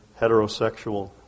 heterosexual